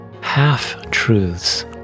half-truths